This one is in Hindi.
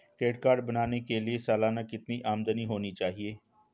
क्रेडिट कार्ड बनाने के लिए सालाना कितनी आमदनी होनी चाहिए?